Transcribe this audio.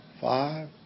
five